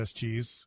cheese